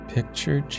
Picture